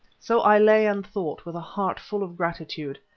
so i lay and thought with a heart full of gratitude,